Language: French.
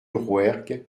rouergue